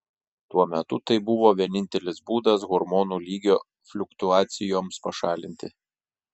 tuo metu tai buvo vienintelis būdas hormonų lygio fliuktuacijoms pašalinti